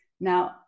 Now